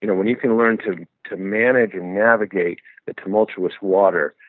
you know when you can learn to to manage and navigate the tumultuous water,